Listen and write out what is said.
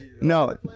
No